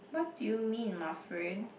what do you mean my friend